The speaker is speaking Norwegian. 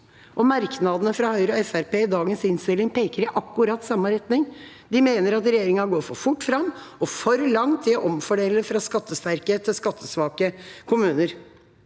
Merknadene fra Høyre og Fremskrittspartiet i dagens innstilling peker i akkurat samme retning. De mener at regjeringa går for fort fram og for langt i å omfordele fra skattesterke til skattesvake kommuner.